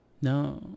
No